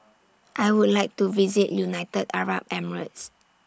I Would like to visit United Arab Emirates